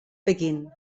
pequín